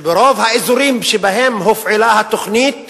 שברוב האזורים שבהם הופעלה התוכנית